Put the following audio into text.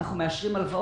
אנחנו מאשרים הלוואות,